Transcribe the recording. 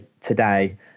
today